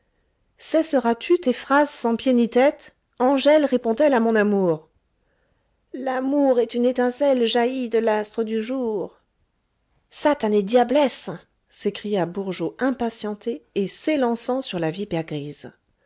cesseras tu tes phrases sans pieds ni tête angèle répond t elle à mon amour l'amour est une étincelle jaillie de l'astre du jour satanée diablesse s'écria bourgeot impatienté et s'élançant sur la vipère grise